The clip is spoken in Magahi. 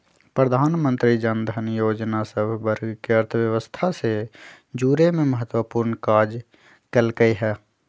प्रधानमंत्री जनधन जोजना सभ वर्गके अर्थव्यवस्था से जुरेमें महत्वपूर्ण काज कल्कइ ह